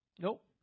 Nope